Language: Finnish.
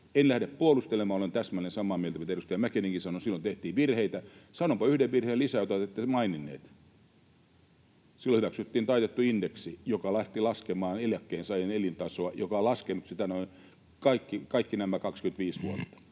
En lähde puolustelemaan. Olen täsmälleen samaa mieltä kuin edustaja Mäkinenkin. Silloin tehtiin virheitä. Sanonpa yhden virheen lisää, jota te ette maininneet. Silloin hyväksyttiin taitettu indeksi, joka lähti laskemaan eläkkeensaajien elintasoa ja joka on laskenut sitä kaikki nämä 25 vuotta.